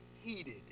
heated